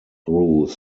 through